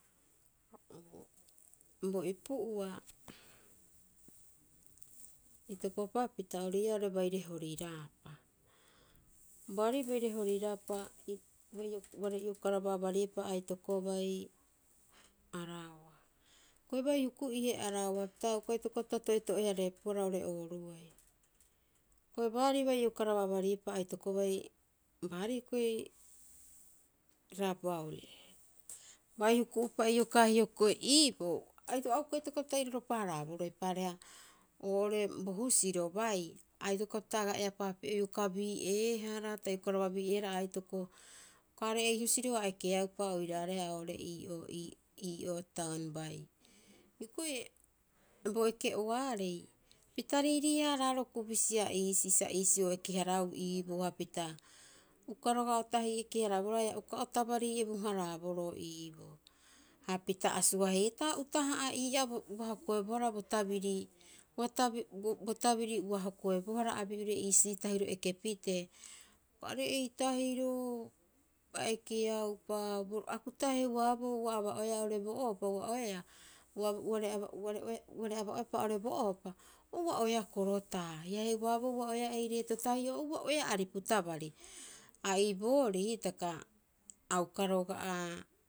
bo ipu'ua, itokopapita ori ii'aa oo'ore baire horiraapa. Baarii baire horiraapa uare iokaraba abariepa aitokobai Arawa. Hioko'i bai huku'ihe Arawa uka itokopapita to'etoe- hareepuhara oo'ore ooruuai. Hioko'i baari ua iokaraba abariepa aitokobai baarii hioko'i Rabaul. Bai huku'upa iokaa hioko'i iiboo, a uka itokopapita iroropa- haraaboroo, eipaareha, oo'ore bo husiro bai a itokopapita aga eapaapieu. Ioka bii'eehara, ta iokaraba bii'eehara aitoko. Uka arei husiro a ekeaupa oiraareha oo'ore ii'oo, ii'oo taun bai. Hioko'i bo eke'uaarei, pita riirii- haraaroo kubisi'a iisii, sa iisio oeke- haraau iiboo, hapita, uka roga'a o tahii eke- haraboroo haia uka o tabarii ebu- haraaboroo iiboo. Hapita a suaheetaa utaha'a ii'aa ua hokoebohara bo tabiri ua hokoebohara abi'ure iisii tahiro eke pitee. Uka are'ei tahiro a ekeaupa, a kukupita heuaabo ua aba'oeaa oo'ore bo ohopa ua'oeaa, uare aba, uare oe, uare aba'oepa oo'ore bo ohopa, o ua'oeaa korotaa. Haia heuaboo uoeaa ei reeto tahi'oo, o ua'oeaa aripu tabari. Ha ii boorii hitaka, a uka roga'a.